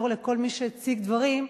לחזור לכל מי שהציג דברים,